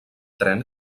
tren